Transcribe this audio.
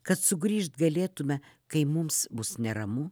kad sugrįžt galėtume kai mums bus neramu